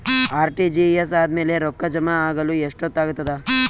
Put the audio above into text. RTGS ಆದ್ಮೇಲೆ ರೊಕ್ಕ ಜಮಾ ಆಗಲು ಎಷ್ಟೊತ್ ಆಗತದ?